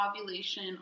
ovulation